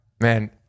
Man